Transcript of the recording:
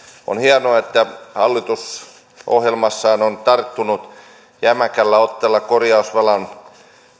on hienoa että hallitus ohjelmassaan on tarttunut jämäkällä otteella korjausvelan